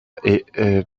est